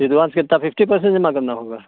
advance कितना fifty percent जमा करना होगा